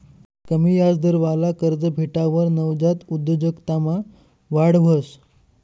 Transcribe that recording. कमी याजदरवाला कर्ज भेटावर नवजात उद्योजकतामा वाढ व्हस